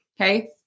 Okay